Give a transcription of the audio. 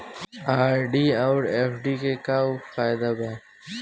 RD आउर FD के का फायदा बा?